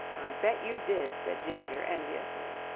bet you did, said ginger enviously.